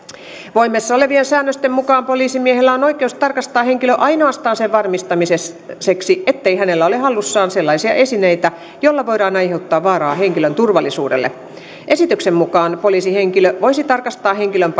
voimassa olevien säännösten mukaan poliisimiehellä on oikeus tarkastaa henkilö ainoastaan sen varmistamiseksi ettei hänellä ole hallussaan sellaisia esineitä joilla voidaan aiheuttaa vaaraa henkilön turvallisuudelle esityksen mukaan poliisihenkilö voisi tarkastaa henkilön